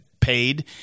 paid